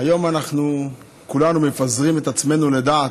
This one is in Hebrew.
היום אנחנו כולנו מפזרים את עצמנו לדעת.